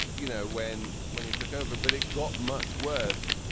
you know, when when you took over. but it got much worse.